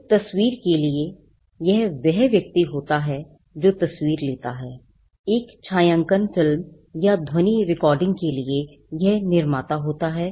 एक तस्वीर के लिए यह वह व्यक्ति होता है जो तस्वीर लेता हैएक छायांकन फिल्म या ध्वनि रिकॉर्डिंग का निर्माण करता है